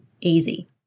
easy